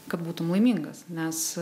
kad būtum laimingas nes